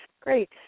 great